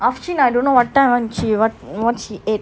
actually I don't know what time what she what what she ate